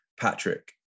Patrick